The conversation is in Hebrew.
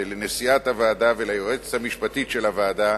ולנשיאת הוועדה וליועצת המשפטית של הוועדה,